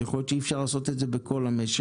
יכול להיות שאי אפשר לעשות את זה בכל המשק.